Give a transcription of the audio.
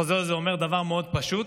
החוזה הזה אומר דבר מאוד פשוט: